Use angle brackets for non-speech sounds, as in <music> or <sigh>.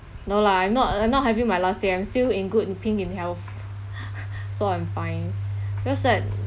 no lah I'm not uh I'm not having my last day I'm still in good pink in health <laughs> so I'm fine just that